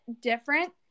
different